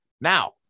Now